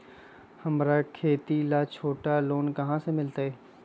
हमरा खेती ला छोटा लोने कहाँ से मिलतै?